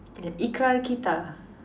yeah ikrar-kita